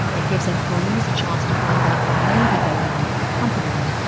it gives employees a chance to find out what may be going on at their company.